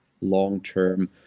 long-term